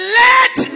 let